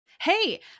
Hey